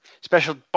special